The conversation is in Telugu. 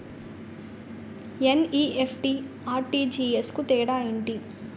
ఎన్.ఈ.ఎఫ్.టి, ఆర్.టి.జి.ఎస్ కు తేడా ఏంటి?